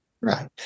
Right